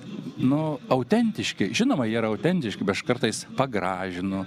nu autentiški žinoma jie yra autentiški bet aš kartais pagražinu